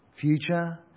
future